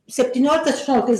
septynioliktais aštuonioliktais